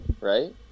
Right